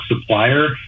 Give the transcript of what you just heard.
supplier